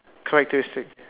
characteristic